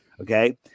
Okay